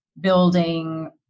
building